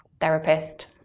therapist